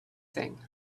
thing